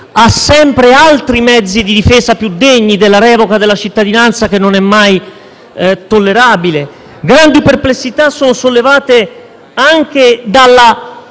ha sempre altri mezzi di difesa più degni della revoca della cittadinanza, che non è mai tollerabile. Grandi perplessità sono sollevate anche dal